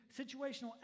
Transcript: situational